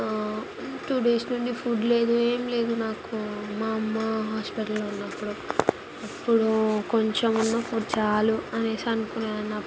two days నుండి food లేదు ఏం లేదు నాకు మా అమ్మ హాస్పిటల్లో ఉన్నప్పుడు అప్పుడు కొంచెమున్నా ఫుడ్ చాలు అనేసి అనుకునేదానప్పుడు